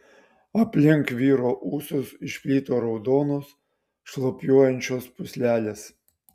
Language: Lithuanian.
aplink vyro ūsus išplito raudonos šlapiuojančios pūslelės